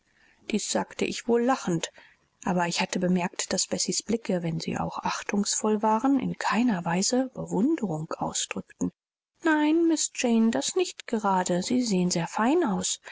dies sagte ich wohl lachend aber ich hatte bemerkt daß bessies blicke wenn sie auch achtungsvoll waren in keiner weise bewunderung ausdrückten nein miß jane das nicht gerade sie sehen sehr fein aus